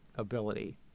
ability